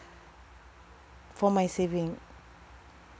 for my saving